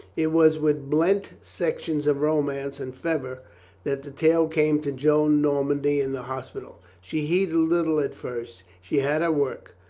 it was with blent sections of romance and fervor that the tale came to joan normandy in the hospital. she heeded little at first. she had her work.